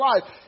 life